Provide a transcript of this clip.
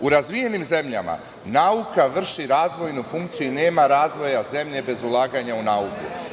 U razvijenim zemljama, nauka vrši razvojnu funkciju i nema razvoja zemlje bez ulaganja u nauku.